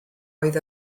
oedd